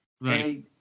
Right